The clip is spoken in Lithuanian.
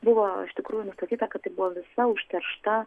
buvo iš tikrųjų nustatyta kad tai buvo visa užteršta